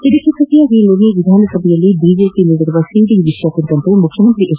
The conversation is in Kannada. ಇದಕ್ಕೆ ಪ್ರತಿಯಾಗಿ ನಿನ್ನೆ ವಿಧಾನಸಭೆಯಲ್ಲಿ ಬಿಜೆಪಿ ನೀಡಿರುವ ಸಿಡಿ ವಿಷಯ ಕುರಿತಂತೆ ಮುಖ್ಯಮಂತ್ರಿ ಎಚ್